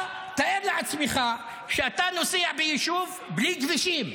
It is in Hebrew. תאר לעצמך שאתה נוסע ביישוב בלי כבישים,